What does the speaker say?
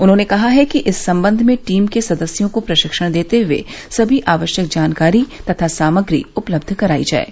उन्होंने कहा कि इस संबंध में टीम के सदस्यों को प्रशिक्षण देते हुए सभी आवश्यक जानकारी तथा सामग्री उपलब्ध कराई जाये